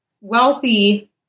wealthy